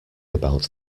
about